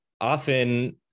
often